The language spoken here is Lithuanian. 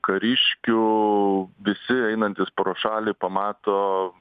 kariškių visi einantys pro šalį pamato